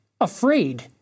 afraid